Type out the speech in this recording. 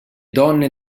donne